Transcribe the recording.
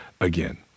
again